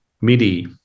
MIDI